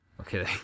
Okay